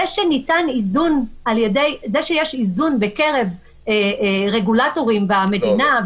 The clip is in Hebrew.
זה שיש איזון בקרב רגולטורים במדינה,